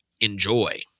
enjoy